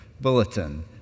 bulletin